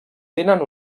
tenen